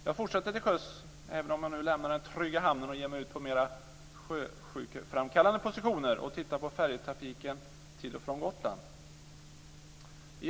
Jag fortsätter till sjöss, även om jag nu lämnar den trygga hamnen och ger mig ut på mer sjösjukeframkallande positioner, och tittar närmare på färjetrafiken till och från Gotland.